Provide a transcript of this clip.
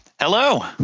Hello